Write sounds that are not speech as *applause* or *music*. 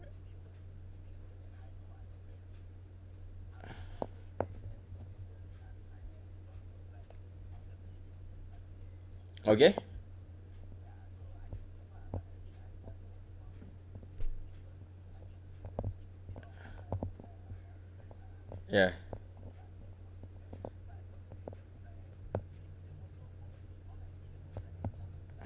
*breath* okay ya